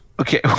Okay